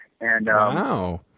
Wow